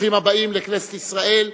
ברוכים הבאים לכנסת ישראל,